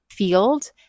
field